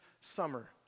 summer